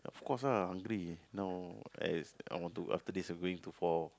of course ah hungry now I I want to after this I'm going to for